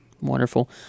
Wonderful